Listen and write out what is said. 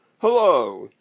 Hello